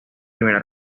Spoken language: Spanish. primera